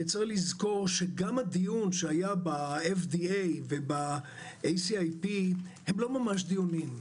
גם הדיון שהיה ב-FDA וב-ACIP, הם לא ממש דיונים.